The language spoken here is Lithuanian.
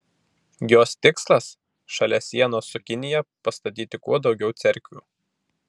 jos tikslas šalia sienos su kinija pastatyti kuo daugiau cerkvių